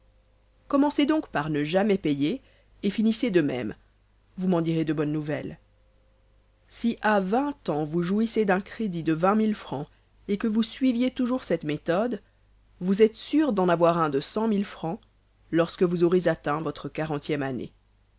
commencez donc par ne jamais payer et finissez de même vous m'en direz de bonnes nouvelles si à vingt ans vous jouissez d'un crédit de fr et que vous suiviez toujours cette méthode vous êtes sûr d'en avoir un de fr lorsque vous aurez atteint votre quarantième année